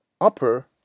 Upper